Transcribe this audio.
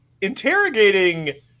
interrogating